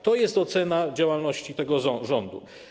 To jest ocena działalności tego rządu.